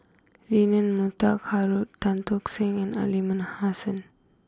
Leonard Montague Harrod Tan Tock Seng and Aliman Hassan